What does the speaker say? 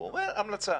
הוא אומר המלצה.